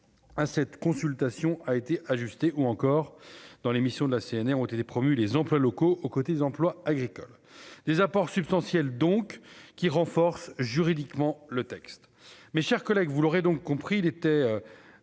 à cette consultation a été ajustée ou encore dans l'émission de la CNR ont été promus les employes locaux au côté des emplois agricoles des apports substantiels donc qui renforce juridiquement, le texte, mes chers collègues, vous l'aurez donc compris il était